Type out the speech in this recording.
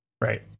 Right